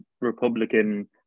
Republican